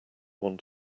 want